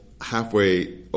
halfway